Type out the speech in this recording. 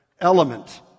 element